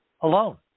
alone